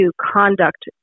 conduct